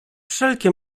wszelkie